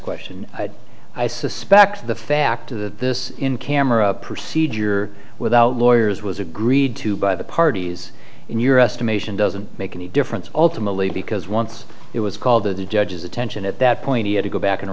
question i suspect the fact that this in camera procedure without lawyers was agreed to by the parties in your estimation doesn't make any difference ultimately because once it was called to the judge's attention at that point he had to go back and